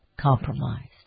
compromised